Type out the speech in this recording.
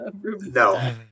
No